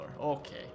Okay